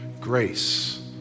Grace